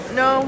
no